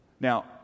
Now